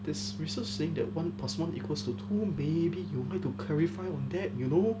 this research thing that one plus one equals to two may be you would like to clarify on that you know